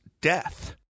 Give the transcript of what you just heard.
death